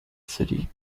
city